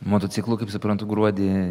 motociklu kaip suprantu gruodį